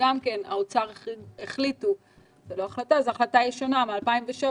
האוצר החליט זאת החלטה ישנה מ-2007